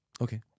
Okay